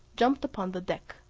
jumped upon the deck,